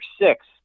six